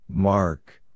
mark